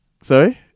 Sorry